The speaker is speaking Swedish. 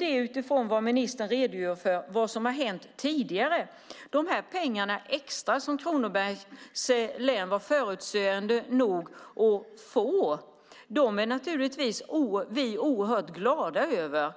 Det handlar inte om vad som har hänt tidigare, ministern. De extra pengar som Kronobergs län var förutseende nog att söka och fick enligt principen först till kvarn är vi glada över.